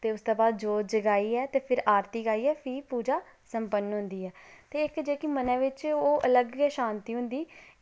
ते फ्ही जोत जगाइयै फ्ही आरती करियै फ्ही पूजा सम्पन्न होंदी ऐ ते इक मनै बिच्च ओह् अलग गै शांति होंदी